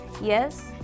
yes